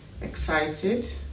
excited